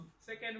second